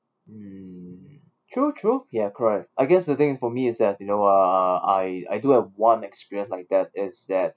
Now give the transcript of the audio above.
mm true true ya correct I guess the thing for me is that you know uh I I do have one experience like that is that